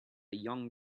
young